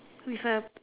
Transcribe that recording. whistle